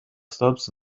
stops